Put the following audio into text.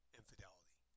infidelity